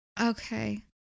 Okay